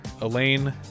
elaine